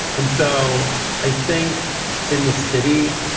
and so i think in the city,